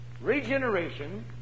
Regeneration